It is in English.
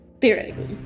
theoretically